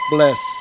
Bless